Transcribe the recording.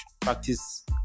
practice